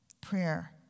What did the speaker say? prayer